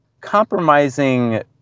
compromising